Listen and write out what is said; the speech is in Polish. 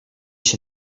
się